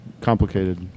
complicated